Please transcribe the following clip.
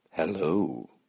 Hello